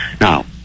now